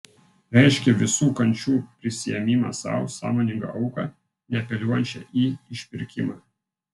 reiškia visų kančių prisiėmimą sau sąmoningą auką neapeliuojančią į išpirkimą